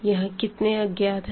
यहाँ कितने अज्ञात है